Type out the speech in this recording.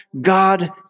God